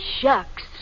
shucks